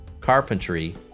carpentry